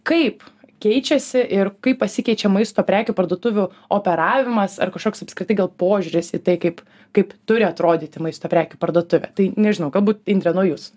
kaip keičiasi ir kaip pasikeičia maisto prekių parduotuvių operavimas ar kažkoks apskritai gal požiūris į tai kaip kaip turi atrodyti maisto prekių parduotuvė tai nežinau galbūt indrė nuo jūsų